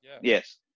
Yes